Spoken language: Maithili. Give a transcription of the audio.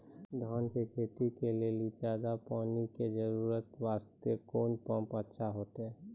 धान के खेती के लेली ज्यादा पानी के जरूरत वास्ते कोंन पम्प अच्छा होइते?